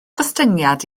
gostyngiad